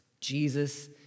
Jesus